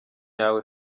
yawe